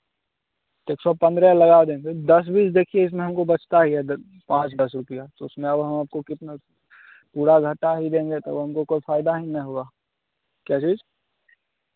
एक सौ पंद्रह लगा देंगे दस बीस देखिए इसमें हमको बचता ही क्या द पाँच दस रुपया तो उसमें अब हम आपको कितना पूरा घाटा ही देंगे तो हमको कोई फ़ायदा ही ना हुआ क्या चीज़